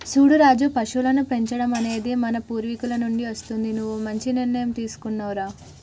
సూడు రాజు పశువులను పెంచడం అనేది మన పూర్వీకుల నుండి అస్తుంది నువ్వు మంచి నిర్ణయం తీసుకున్నావ్ రా